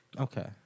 Okay